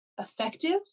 effective